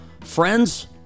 Friends